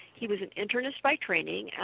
he was an internist by training,